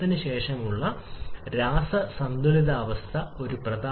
പക്ഷേ യഥാർത്ഥത്തിൽ ഈ വികാസം സംഭവിക്കുന്നു താപനിലയ്ക്ക് എന്താണ് സംഭവിക്കുന്നത്